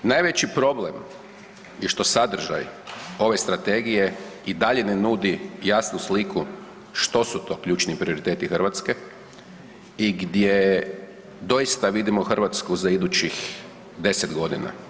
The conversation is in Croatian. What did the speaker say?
Najveći problem je što sadržaj ove strategije i dalje ne nudi jasnu sliku što su to ključni prioriteti Hrvatske i gdje doista vidimo Hrvatsku za idućih 10 godina.